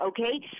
okay